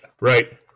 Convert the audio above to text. Right